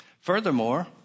Furthermore